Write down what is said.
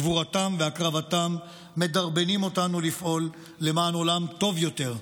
גבורתם והקרבתם מדרבנים אותנו לפעול למען עולם טוב יותר,